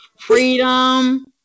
freedom